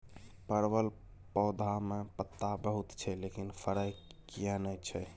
परवल पौधा में पत्ता बहुत छै लेकिन फरय किये नय छै?